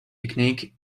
technique